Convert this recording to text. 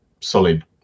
solid